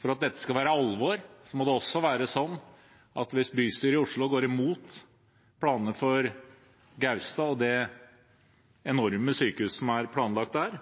For at dette skal være alvor, må det gjelde at man ikke skal overkjøre lokalsamfunn også hvis bystyret i Oslo går imot planene for Gaustad og det enorme sykehuset som er planlagt der,